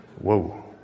Whoa